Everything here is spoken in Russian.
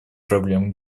проблемы